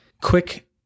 quick